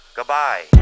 Goodbye